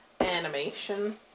animation